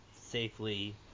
safely